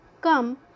come